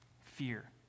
fear